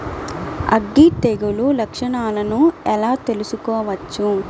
అగ్గి తెగులు లక్షణాలను ఎలా తెలుసుకోవచ్చు?